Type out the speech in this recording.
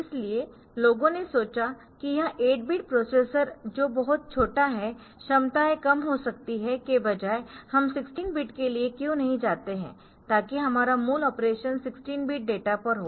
इसलिए लोगों ने सोचा कि यह 8 बिट प्रोसेसर जो बहुत छोटा है क्षमताएं कम हो सकती है के बजाय हम 16 बिट के लिए क्यों नहीं जाते है ताकि हमारा मूल ऑपरेशन 16 बिट डेटा पर हो